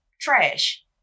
trash